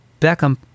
Beckham